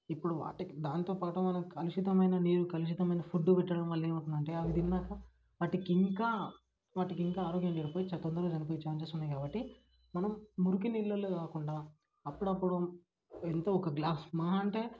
ఇప్పుడు వాటికి దాంతో పాటు మనం కలుషితమైన నీరు కలుషితమైన ఫుడ్ పెట్టడం వల్ల ఏమవుతుందంటే అవి తిన్నాక వాటికింకా వాటికింకా ఆరోగ్యం చెడిపోయి చాలా తొందరగా చనిపోయే ఛాన్సెస్ ఉన్నాయి కాబట్టి మనము మురికి నీళ్ళల్లో కాకుండా అప్పుడప్పుడు ఎంతో ఒక గ్లాస్ మహా అంటే